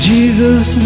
Jesus